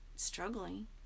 Struggling